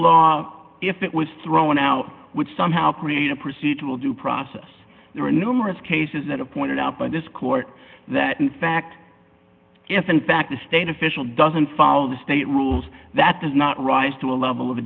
law if it was thrown out would somehow create a procedural due process there are numerous cases that have pointed out by this court that in fact if in fact the state official doesn't follow the state rules that does not rise to a level of a